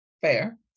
Fair